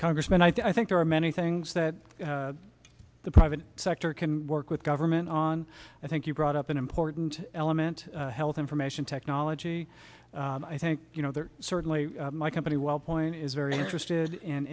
congressman i think there are many things that the private sector can work with government on i think you brought up an important element health information technology i think you know there are certainly my company well point is very interested in